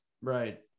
Right